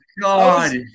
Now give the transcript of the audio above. God